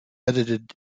edited